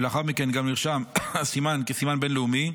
ולאחר מכן הסימן גם נרשם כסימן בין-לאומי,